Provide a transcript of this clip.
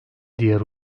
diğer